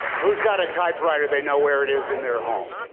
who's got a typewriter? they know where it is in their home?